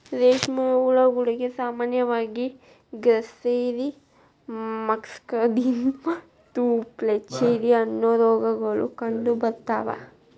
ರೇಷ್ಮೆ ಹುಳಗಳಿಗೆ ಸಾಮಾನ್ಯವಾಗಿ ಗ್ರಾಸ್ಸೆರಿ, ಮಸ್ಕಡಿನ್ ಮತ್ತು ಫ್ಲಾಚೆರಿ, ಅನ್ನೋ ರೋಗಗಳು ಕಂಡುಬರ್ತಾವ